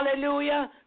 Hallelujah